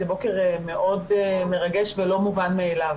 זה בוקר מאוד מרגש ולא מובן מאליו.